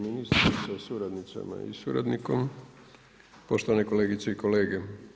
ministre sa suradnicima i suradnikom, poštovane kolegice i kolege.